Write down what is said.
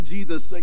Jesus